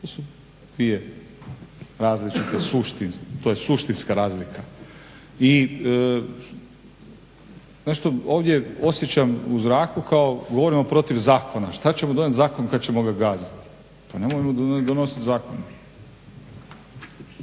To su dvije različite suštinske, to je suštinska razlika. I nešto ovdje osjećam u zraku kao govorimo protiv zakona, što ćemo donijeti zakon kad ćemo ga gaziti? Pa nemojmo donositi zakon.